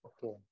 Okay